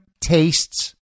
tastes